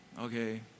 okay